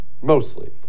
Mostly